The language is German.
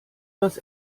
das